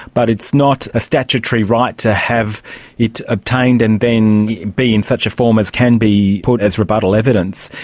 but it's not a statutory right to have it obtained, and then be in such a form as can be put as rebuttal evidence.